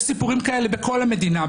יש סיפורים כאלה בכל המדינה.